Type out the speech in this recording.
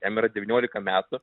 jam yra devyniolika metų